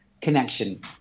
connection